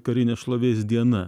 karinės šlovės diena